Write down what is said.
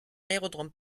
aérodrome